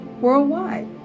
worldwide